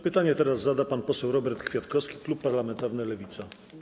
Pytanie teraz zada pan poseł Robert Kwiatkowski, klub parlamentarny Lewica.